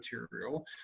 material